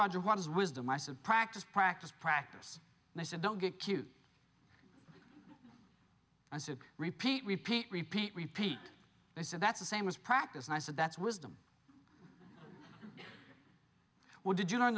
rogers what is wisdom i said practice practice practice and i said don't get cute i said repeat repeat repeat repeat they said that's the same as practice and i said that's wisdom what did you learn